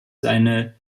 seine